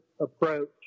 approach